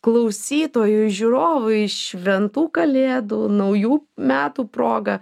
klausytojui žiūrovui šventų kalėdų naujų metų proga